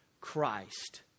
Christ